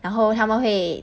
然后他们会